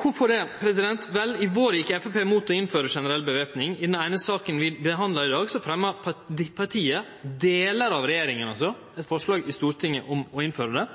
Vel, i vår gjekk Framstegspartiet imot å innføre generell væpning. I den eine saka vi behandlar i dag, fremjar partiet – delar av regjeringa altså – eit forslag i Stortinget om å innføre det.